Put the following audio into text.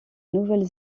nouvelle